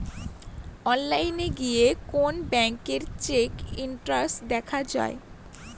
অনলাইনে গিয়ে কোন ব্যাঙ্কের চেক স্টেটাস দেখা যায়